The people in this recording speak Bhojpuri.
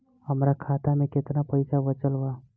हमरा खाता मे केतना पईसा बचल बा?